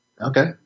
Okay